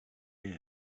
still